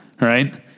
right